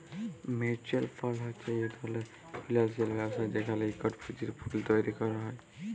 mutual fund হছে ইক ধরলের ফিল্যালসিয়াল ব্যবস্থা যেখালে ইকট পুঁজির পুল তৈরি ক্যরা হ্যয়